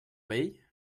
vell